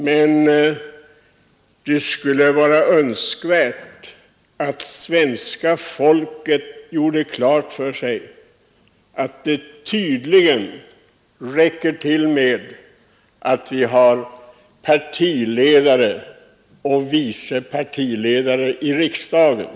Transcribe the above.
Det skulle emellertid vara önskvärt att det svenska folket fick klart för sig att det tydligen räcker med att vi har partiledare och vice partiledare i riksdagen.